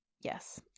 yes